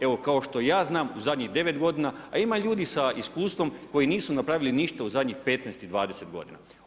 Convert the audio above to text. Evo kao što ja znam u zadnjih 9 godina, a ima ljudi sa iskustvom koji nisu napravili ništa u zadnjih 15 i 20 godina.